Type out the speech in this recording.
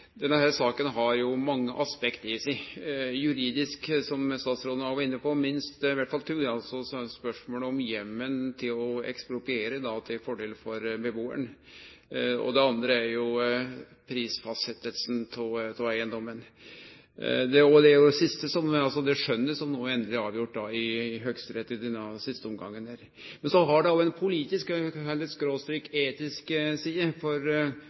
Denne saka har mange aspekt ved seg. Juridisk, som statsråden òg var inne på, iallfall to. Det er spørsmålet om heimelen til å ekspropriere til fordel for bebuaren. Det andre er jo prisfastsetjinga av eigedomen – og skjønet er no endeleg avgjort i Høgsterett i denne siste omgangen. Men så har det òg ei politisk/etisk side. Husmannsvesenet er for så vidt avvikla, og ein